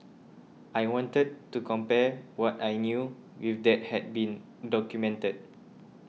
I wanted to compare what I knew with that had been documented